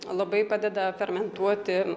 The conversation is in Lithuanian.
labai padeda fermentuoti